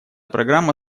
программа